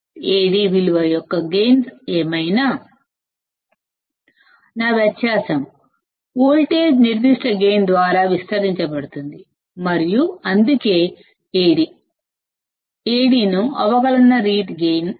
Ad gain యొక్క విలువ ఏమైనా నా వ్యత్యాసం వోల్టేజ్ నిర్దిష్ట గైన్ ద్వారా యాంప్లిఫయ్ అవుతుంది మరియు అందుకే Adను అవకలన రీతి గైన్ అంటారు